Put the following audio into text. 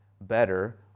better